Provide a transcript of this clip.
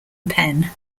penn